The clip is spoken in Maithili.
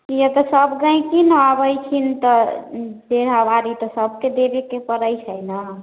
यइ तऽ सब गहिकी ने आबै छिन तऽ बेराबारी तऽ सबके देबैके पड़ै छै ने